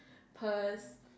purse